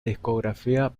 discográfica